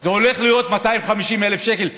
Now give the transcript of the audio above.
זה הולך להיות 250,000 שקל,